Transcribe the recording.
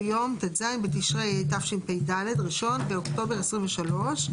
ביום ט"ז בתשרי התשפ"ד (1 באוקטובר 2023),